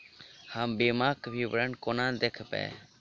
हम बीमाक विवरण कोना देखबै?